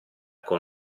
con